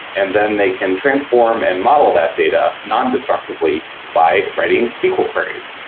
and then they can transform and model that data nondestructively by writing sql queries.